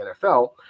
NFL